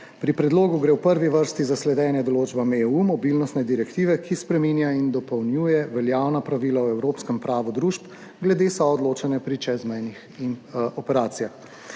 Pri predlogu gre v prvi vrsti za sledenje določbam EU, mobilnostne direktive, ki spreminja in dopolnjuje veljavna pravila o evropskem pravu družb glede soodločanja pri čezmejnih operacijah.